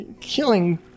Killing